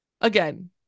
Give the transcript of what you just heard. again